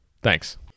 Thanks